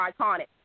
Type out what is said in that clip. iconic